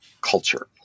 culture